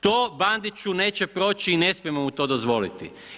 To Bandiću neće proći i ne smijemo mu to dozvoliti.